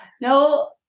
No